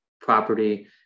property